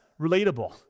relatable